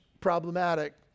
problematic